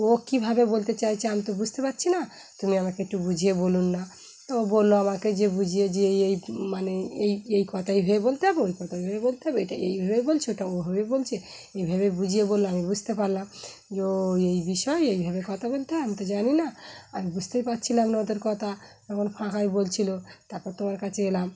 ও কীভাবে বলতে চাইছে আমি তো বুঝতে পারছি না তুমি আমাকে একটু বুঝিয়ে বলুন না তো ও বললো আমাকে যে বুঝিয়ে যে এই মানে এই এই কথাই ভে বলতে হবে ওই কথাই ভেবে বলতে হবে এটা এইভাবে বলছে ওটা ওভাবে বলছে এইভাবে বুঝিয়ে বললো আমি বুঝতে পারলাম যে ও এই বিষয় এইভাবে কথা বলতে হবে আমি তো জানি না আমি বুঝতেই পারছিলাম না ওদের কথা এখন ফাঁকায় বলছিল তারপর তোমার কাছে এলাম